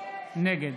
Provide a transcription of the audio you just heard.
נגד